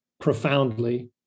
profoundly